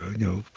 you know,